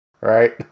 right